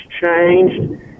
changed